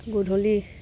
গধূলি